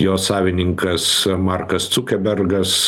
jo savininkas markas cukebergas